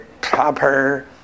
proper